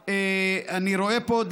אני רואה פה,